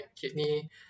kidney